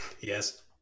yes